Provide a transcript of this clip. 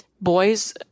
boys